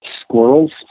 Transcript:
squirrels